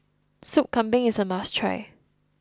Soup Kambing is a must try